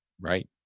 Right